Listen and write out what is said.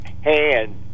hand